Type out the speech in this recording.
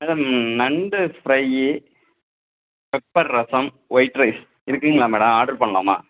madam நண்டு fry pepper rasam white rice இருக்காங்களா madam order பண்ணலாமா